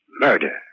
murder